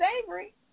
Savory